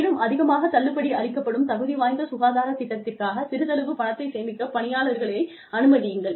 மேலும் அதிகமாக தள்ளுபடி அளிக்கப்படும் தகுதி வாய்ந்த சுகாதார திட்டத்திற்காகச் சிறிதளவு பணத்தைச் சேமிக்க பணியாளர்களை அனுமதியுங்கள்